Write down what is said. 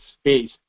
space